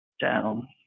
down